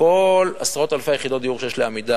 בכל עשרות אלפי יחידות הדיור של "עמידר",